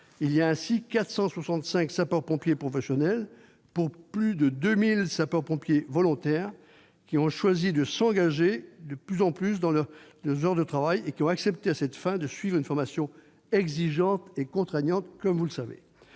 compte ainsi 465 sapeurs-pompiers professionnels pour plus de 2 000 sapeurs-pompiers volontaires, qui ont choisi de s'engager en sus de leurs heures de travail et ont accepté, à cette fin, de suivre une formation exigeante et contraignante. Je souhaiterais